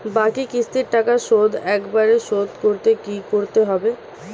বাকি কিস্তির টাকা শোধ একবারে শোধ করতে কি করতে হবে?